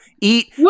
eat